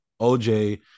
OJ